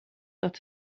dat